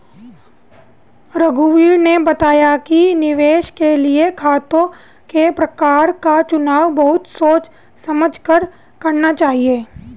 रघुवीर ने बताया कि निवेश के लिए खातों के प्रकार का चुनाव बहुत सोच समझ कर करना चाहिए